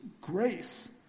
grace